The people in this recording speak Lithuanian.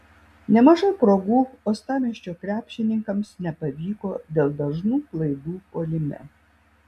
nemažai progų uostamiesčio krepšininkams nepavyko dėl dažnų klaidų puolime